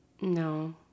no